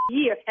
year